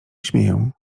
śmieją